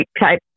type